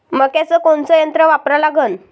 मक्याचं कोनचं यंत्र वापरा लागन?